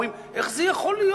אומרים: איך זה יכול להיות?